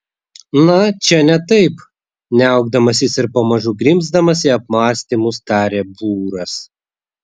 na čia ne taip niaukdamasis ir pamažu grimzdamas į apmąstymus tarė būras